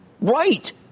Right